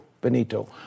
Benito